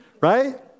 Right